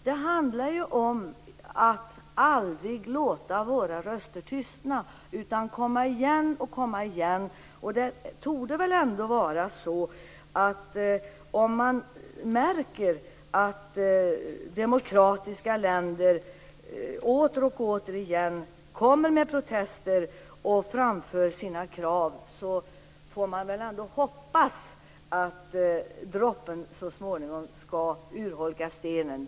Det handlar ju om att aldrig låta våra röster tystna utan vi måste hela tiden komma igen. Det torde vara så, att om man märker att demokratiska länder återigen framför protester och krav får man hoppas att droppen så småningom urholkar stenen.